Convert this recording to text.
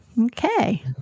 okay